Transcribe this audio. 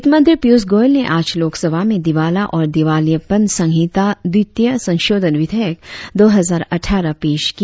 वित्तमंत्री पीयूष गोयल ने आज लोकसभा में दिवाला और दिवालियापन संहिता द्वितीय संशोधन विधेयक दो हजार अट्ठारह पेश किया